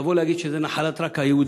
לבוא להגיד שזה רק נחלת היהודים,